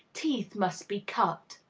teeth must be cut.